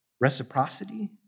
Reciprocity